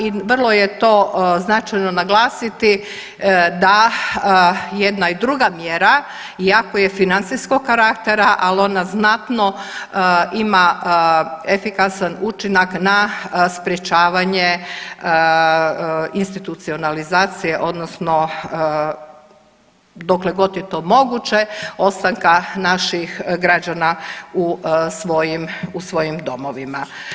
I vrlo je to značajno naglasiti da jedna i druga mjera iako je financijskog karaktera ali ona znatno ima efikasan učinak na sprječavanje institucionalizacije, odnosno dokle god je to moguće ostanka naših građana u svojim domovima.